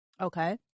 Okay